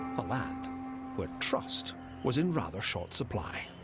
a land where trust was in rather short supply.